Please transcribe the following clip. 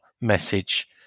message